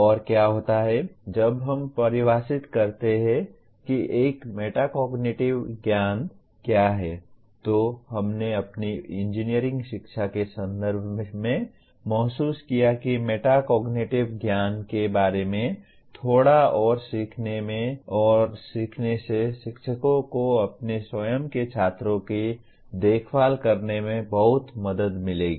और क्या होता है जब हम परिभाषित करते हैं कि एक मेटाकोग्निटिव ज्ञान क्या है तो हमने अपनी इंजीनियरिंग शिक्षा के संदर्भ में महसूस किया कि मेटाकोगेक्टिव ज्ञान के बारे में थोड़ा और सीखने से शिक्षकों को अपने स्वयं के छात्रों की देखभाल करने में बहुत मदद मिलेगी